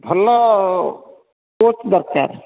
ଭଲ ଦରକାର